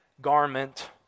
garment